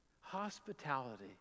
Hospitality